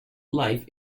life